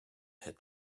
had